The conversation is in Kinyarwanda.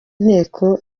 inteko